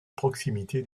proximité